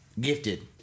Gifted